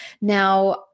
Now